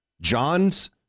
John's